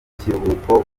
ikiruhuko